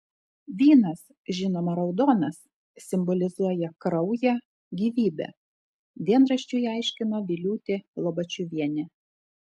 vynas žinoma raudonas simbolizuoja kraują gyvybę dienraščiui aiškino viliūtė lobačiuvienė